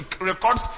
records